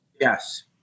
Yes